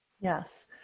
Yes